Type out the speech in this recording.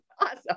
awesome